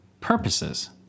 purposes